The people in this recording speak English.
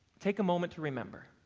take a moment to remember.